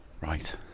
Right